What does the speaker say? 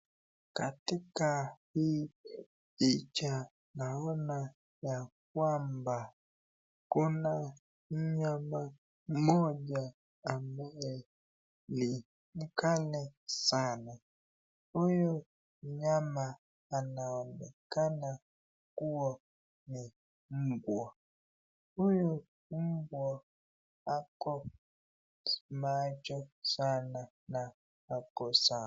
Katika hii picha, naona ya kwamba kuna mnyama mmoja ambaye ni mkali sana. Huyu mnyama anaonekana kuwa ni mbwa. Huyu mbwa ako macho sana na ako sawa.